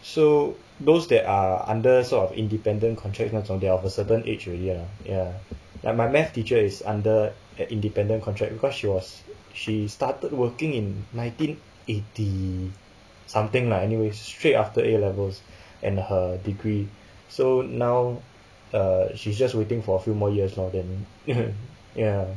so those that are under sort of independent contract 那种 they are of a certain age already ah ya like my math teacher is under an independent contract because she was she started working in nineteen eighty something lah anyway straight after A levels and her degree so now err she's just waiting for a few more years lor then ya